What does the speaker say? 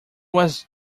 was